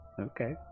Okay